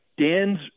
Dan's